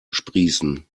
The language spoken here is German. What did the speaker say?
sprießen